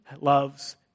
loves